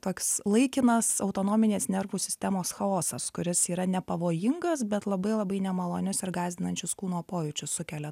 toks laikinas autonominės nervų sistemos chaosas kuris yra nepavojingas bet labai labai nemalonios ir gąsdinančius kūno pojūčius sukelia